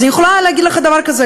אז אני יכולה להגיד לך דבר כזה,